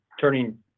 turning